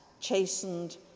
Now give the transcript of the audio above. chastened